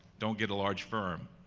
don't get a large firm.